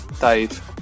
dave